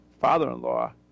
father-in-law